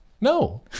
No